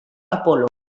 apol·lo